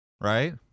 right